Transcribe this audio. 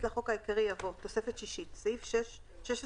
לחוק העיקרי יבוא: "תוספת שישית (סעיף 16ג(ה))